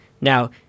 Now